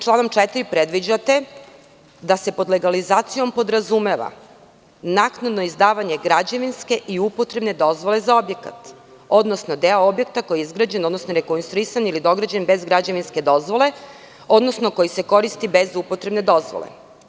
Članom 4. predviđate da se pod legalizacijom podrazumeva naknadno izdavanje građevinske i upotrebne dozvole za objekat, odnosno deo objekta koji je izgrađen, rekonstruisan ili dograđen bez građevinske dozvole, odnosno koji se koristi bez upotrebne dozvole.